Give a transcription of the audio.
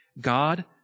God